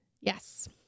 Yes